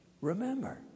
Remember